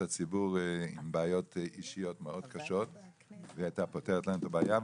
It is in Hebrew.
הציבור עם בעיות אישיות מאוד קשות והיא פתרה להם את הבעיה.